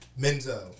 Menzo